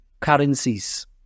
currencies